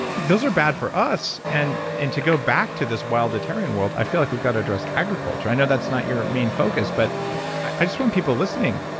those are bad for us. and and to go back to this wildatarian world, i feel like we've got to address agriculture. i know that's not your main focus, but i just want people listening,